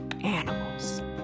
animals